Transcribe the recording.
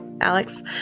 Alex